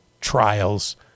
trials